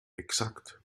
exakt